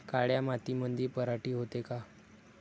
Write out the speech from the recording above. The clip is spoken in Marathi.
काळ्या मातीमंदी पराटी होते का?